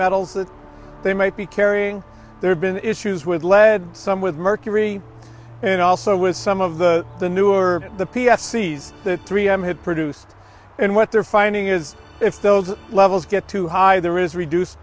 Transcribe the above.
that they might be carrying there have been issues with lead some with mercury and also with some of the the newer the p s c's the three m had produced and what they're finding is if those levels get too high there is reduced